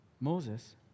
Moses